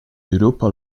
europa